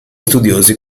studiosi